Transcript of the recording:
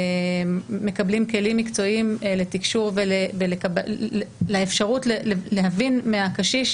מקבלים כלים מקצועיים לתקשור ולאפשרות להבין מהקשיש,